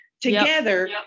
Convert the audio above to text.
together